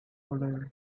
toledo